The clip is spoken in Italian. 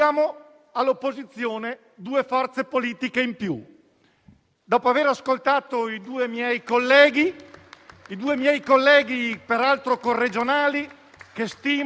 Non c'è parola e non c'è considerazione che abbiano fatto il collega Steger e la collega Conzatti che non trovino il centrodestra unito pienamente d'accordo.